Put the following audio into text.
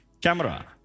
Camera